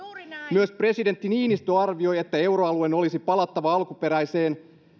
myös presidentti niinistö arvioi että euroalueen olisi palattava alkuperäiseen